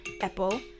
Apple